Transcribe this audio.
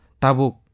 Tabuk